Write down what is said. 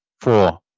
four